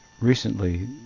recently